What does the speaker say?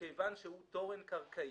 מכיוון שהוא תורן קרקעי.